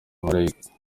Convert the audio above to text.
malayika